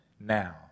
now